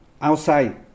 Outside